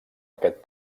aquest